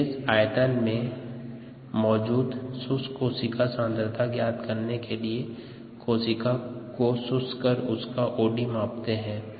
विशेष आयतन में मौजूद शुष्क कोशिका सांद्रता ज्ञात करने के लिए कोशिका को शुष्क कर उसका ओडी मापते है